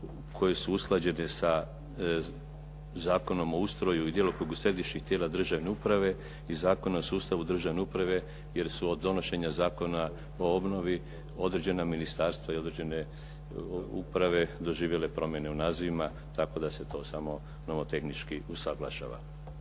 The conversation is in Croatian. koje su usklađene sa Zakonom o ustroju i djelokrugu središnjih tijela državne uprave i Zakona o sustavu državne uprave jer su od donošenja Zakona o obnovi određena ministarstva i određene uprave doživjele promjene u nazivima, tako da se to samo nomotehnički usuglašava.